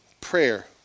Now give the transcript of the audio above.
prayer